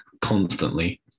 constantly